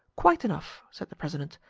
quite enough, said the president.